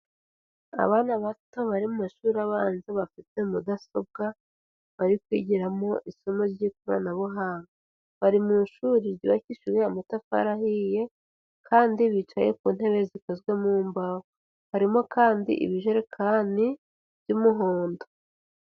Abana bato bari mu mashuri abanza bafite mudasobwa, bari kwigiramo isomo ry'ikoranabuhanga, bari mu ishuri ryubakishijwe amatafari ahiye, kandi bicaye ku ntebe zikozwe mu mbaho, harimo kandi ibijerekani by'umuhondo.